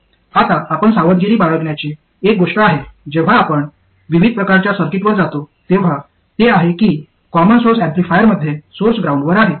आता आपण सावधगिरी बाळगण्याची एक गोष्ट आहे जेव्हा आपण विविध प्रकारच्या सर्किटवर जातो तेव्हा ते आहे की कॉमन सोर्स ऍम्प्लिफायरमध्ये सोर्स ग्राउंडवर आहे